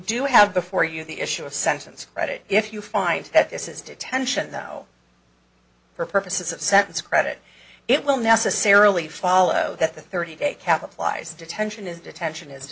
do have before you the issue of sanctions right if you find that this is detention now for purposes of sentence credit it will necessarily follow that the thirty day cap applies detention is detention is